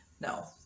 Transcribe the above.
no